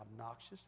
obnoxious